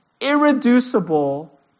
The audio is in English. irreducible